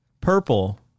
purple